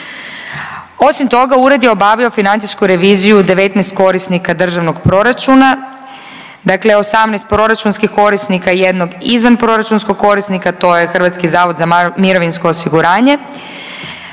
Osim toga, ured je obavljao financijsku reviziju 19 korisnika državnog proračuna. Dakle, 18 proračunskih korisnika i jednog izvanproračunskog korisnika. To je Hrvatski zavod za mirovinsko osiguranje.